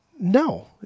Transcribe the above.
No